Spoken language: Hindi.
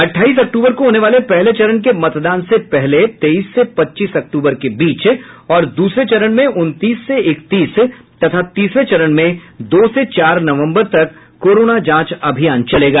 अट्ठाईस अक्टूबर को होने वाले पहले चरण के मतदान से पहले तेईस से पच्चीस अक्टूबर के बीच और दूसरे चरण में उनतीस से इकतीस तथा तीसरे चरण में दो से चार नवम्बर तक कोरोना जांच अभियान चलेगा